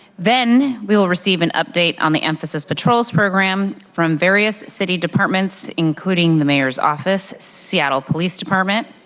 then we will receive an update on the emphasis patrol program from various city departments including the mayor's office, seattle police department,